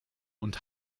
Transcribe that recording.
und